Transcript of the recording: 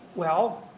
well,